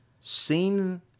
seen